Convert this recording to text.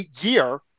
year